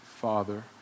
Father